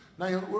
Now